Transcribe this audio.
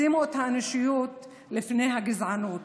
שימו את האנושיות לפני הגזענות,